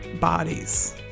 bodies